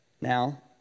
Now